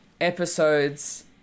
episodes